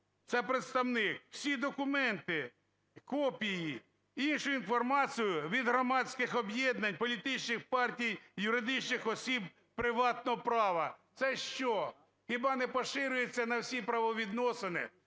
це представник, всі документи, копії, іншу інформацію від громадських об'єднань, політичних партій, юридичних осіб приватного права. Це що, хіба не поширюється на всі правовідносини?